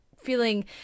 feeling